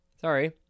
Sorry